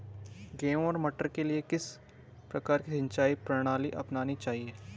गेहूँ और मटर के लिए किस प्रकार की सिंचाई प्रणाली अपनानी चाहिये?